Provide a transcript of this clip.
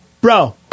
bro